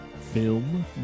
film